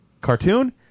cartoon